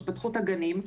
שפתחו את הגנים,